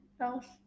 else